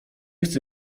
chce